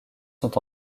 sont